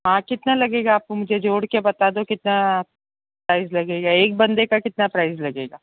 हाँ कितना लगेगा आप को मुझे जोड़ कर बता दो कितना प्राइज़ लगेगा एक बंदे का कितना प्राइज़ लगेगा